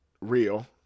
real